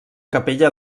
capella